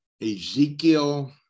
Ezekiel